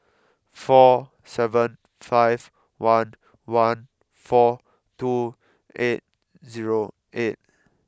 four seven five one one four two eight zero eight